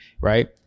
right